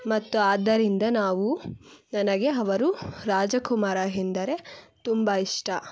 ಮತ್ತು ಆದ್ದರಿಂದ ನಾವು ನನಗೆ ಅವರು ರಾಜಕುಮಾರ ಎಂದರೆ ತುಂಬ ಇಷ್ಟ